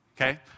okay